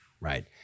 right